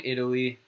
Italy